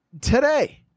today